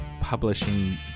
publishing